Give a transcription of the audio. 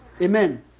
Amen